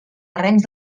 terrenys